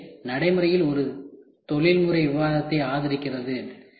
வரையறை நடைமுறையில் ஒரு தொழில்முறை விவாதத்தை ஆதரிக்கிறது